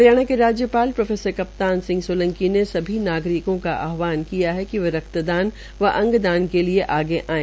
हरियाणा के राज्यपाल प्रो कप्तान सिंह सोलंकी ने सभी नागरिकों का आहवान किया है कि वे रक्तदान व अंगदान के लिए आगे आये